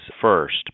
first